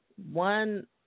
One